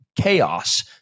chaos